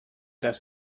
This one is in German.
das